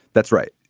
that's right.